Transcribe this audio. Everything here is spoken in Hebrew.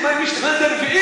מישהו תכנן את זה בשבילי?